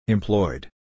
Employed